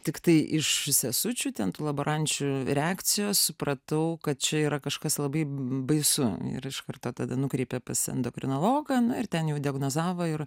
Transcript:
tiktai iš sesučių ten tų laborančių reakcijos supratau kad čia yra kažkas labai baisu ir iš karto tada nukreipė pas endokrinologą nu ir ten jau diagnozavo ir